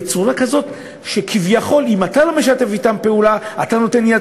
בצורה כזאת שכביכול אם אתה לא משתף אתם פעולה אתה נותן יד,